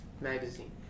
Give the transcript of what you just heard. magazine